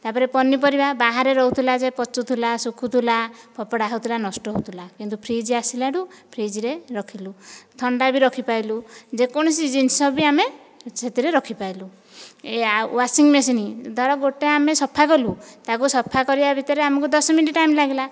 ତାପରେ ପନିପରିବା ବାହାରେ ରହୁଥିଲା ଯେ ପଚୁଥିଲା ସୁଖୁଥିଲା ଫୋପଡ଼ା ହେଉଥିଲା ନଷ୍ଟ ହେଉଥିଲା କିନ୍ତୁ ଫ୍ରିଜ୍ ଆସିଲାରୁ ଫ୍ରିଜ୍ ରେ ରଖିଲୁ ଥଣ୍ଡା ବି ରଖିପାରିଲୁ ଯେକୌଣସି ଜିନିଷ ବି ଆମେ ସେଥିରେ ରଖିପାରିଲୁ ଏଇଆ ୱାଶିଂମେସିନ୍ ଧର ଗୋଟିଏ ଆମେ ସଫା କଲୁ ତାକୁ ସଫା କରିବା ଭିତରେ ଆମକୁ ଦଶ ମିନିଟ୍ ଟାଇମ ଲାଗିଲା